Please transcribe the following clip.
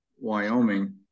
Wyoming